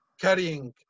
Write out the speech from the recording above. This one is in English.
carrying